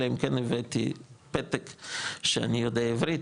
אלא אם כן הבאתי פתק שאני יודע עברית